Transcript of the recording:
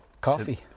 coffee